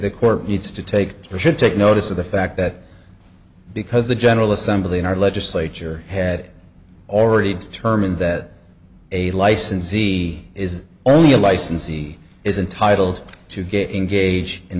the court needs to take should take notice of the fact that because the general assembly in our legislature had already determined that a licensee is only a licensee is intitled to get engaged in